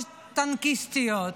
טנקיסטיות,